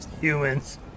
Humans